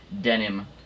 denim